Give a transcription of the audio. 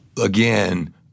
Again